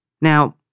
Now